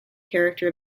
character